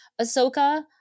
Ahsoka